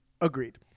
agreed